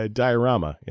diorama